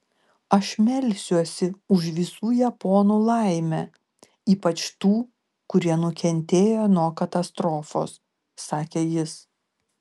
aš melsiuosi už visų japonų laimę ypač tų kurie nukentėjo nuo katastrofos sakė jis